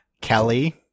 Kelly